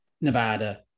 Nevada